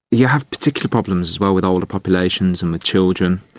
you have particular problems as well with older populations and with children,